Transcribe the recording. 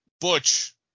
Butch